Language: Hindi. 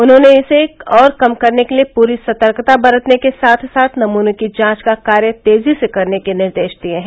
उन्होंने इसे और कम करने के लिए पूरी सतर्कता बरतने के साथ साथ नमूनों की जांच का कार्य तेजी से करने के निर्देश दिए हैं